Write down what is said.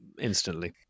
instantly